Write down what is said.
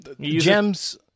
Gems